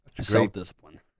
Self-discipline